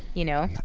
you know?